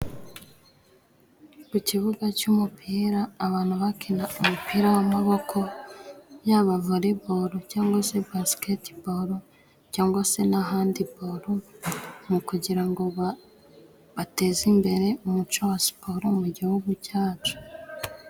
Ku kibuga cy'umupira abantu bakina umupira w'amaboko yaba volebolo cyangwa se basiketibolo cyangwa se na handibolo mu kugira ngo bateze imbere umuco wa siporo mu gihugu cyacu.